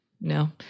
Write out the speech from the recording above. No